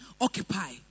Occupy